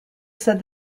said